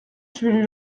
celui